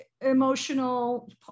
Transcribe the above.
emotional